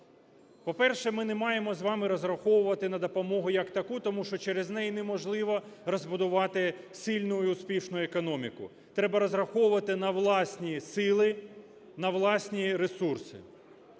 по-перше, ми з вами не маємо розраховувати на допомогу як таку, тому що через неї неможливо розбудувати сильну і успішну економіку. Треба розраховувати на власні сили, на власні ресурси.